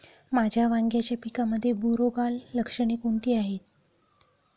माझ्या वांग्याच्या पिकामध्ये बुरोगाल लक्षणे कोणती आहेत?